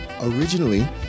Originally